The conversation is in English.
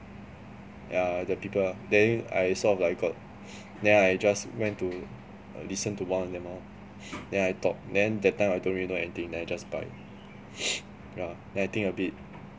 yeah the people lah then I sort of like got then I just went to uh listen to one of them lah then I talk then that time I don't really know anything then I just buy yeah then I think a bit